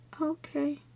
okay